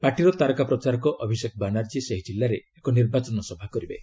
ପାର୍ଟିର ତାରକା ପ୍ରଚାରକ ଅଭିଷେକ ବାନାର୍ଜୀ ସେହି ଜିଲ୍ଲାରେ ଏକ ନିର୍ବାଚନ ସଭା କରିବେ